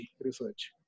research